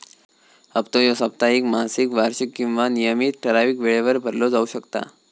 हप्तो ह्यो साप्ताहिक, मासिक, वार्षिक किंवा नियमित ठरावीक वेळेवर भरलो जाउ शकता